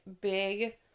big